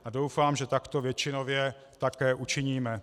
A doufám, že takto většinově také učiníme.